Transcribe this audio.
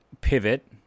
pivot